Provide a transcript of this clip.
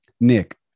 Nick